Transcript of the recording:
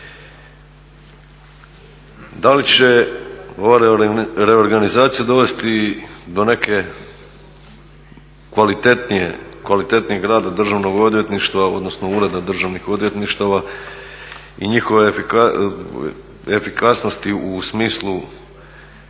Da li će ova reorganizacija dovesti do neke kvalitetnije, kvalitetnijeg rada Državnog odvjetništva odnosno Ureda državnih odvjetništava i njihove efikasnosti u smislu